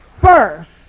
first